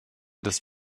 des